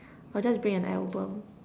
I'll just bring an album